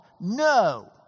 no